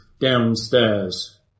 downstairs